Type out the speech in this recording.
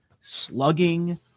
slugging